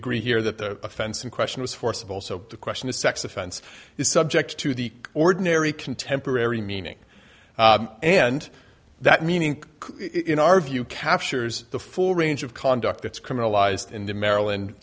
agree here that the offense in question was forcible so the question of sex offense is subject to the ordinary contemporary meaning and that meaning in our view captures the full range of conduct that's criminalized in the maryland